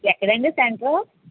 ఎక్కడ అండి సెంటర్